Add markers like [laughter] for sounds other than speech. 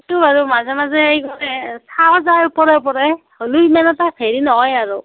সেইটো আৰু মাজে মাজে [unintelligible] চোৱা যাই ওপৰে ওপৰে হ'লেও ইমান এটা হেৰি নহয় আৰু